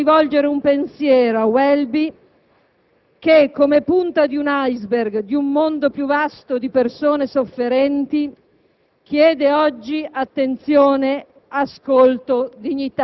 Su di lui i medici esporranno - come hanno fatto in questi giorni - i dilemmi e le obbligazioni del loro codice deontologico.